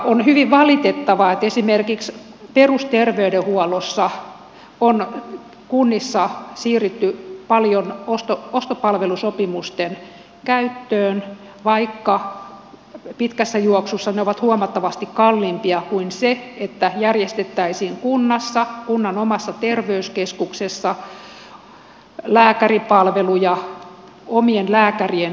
on hyvin valitettavaa että esimerkiksi perusterveydenhuollossa on kunnissa siirrytty paljon ostopalvelusopimusten käyttöön vaikka pitkässä juoksussa ne ovat huomattavasti kalliimpia kuin se että järjestettäisiin kunnassa kunnan omassa terveyskeskuksessa lääkäripalveluja omien lääkärien toimesta